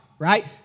right